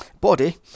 body